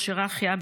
מכשירי החייאה,